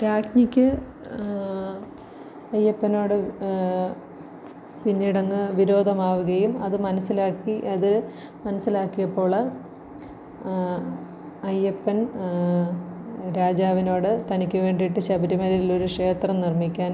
രാജ്ഞിക്ക് അയ്യപ്പനോട് പിന്നീടങ്ങ് വിരോധമാവുകയും അത് മനസ്സിലാക്കി അത് മനസ്സിലാക്കിയപ്പോൾ അയ്യപ്പൻ രാജാവിനോട് തനിക്ക് വേണ്ടിയിട്ട് ശബരിമലയിൽ ഒരു ക്ഷേത്രം നിർമ്മിക്കാൻ